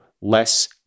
less